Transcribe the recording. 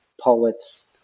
poets